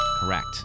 Correct